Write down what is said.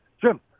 Jim